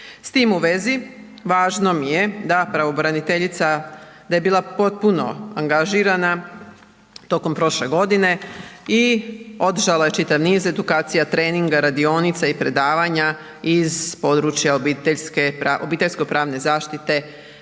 S tim u vezi, važno mi je da pravobraniteljica, da je bila potpuno angažirana tokom prošle godine i održala je čitav niz edukacija, treninga, radionica i predavanja iz područja obiteljsko-pravne zaštite